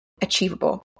achievable